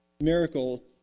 miracle